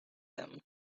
them